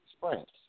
France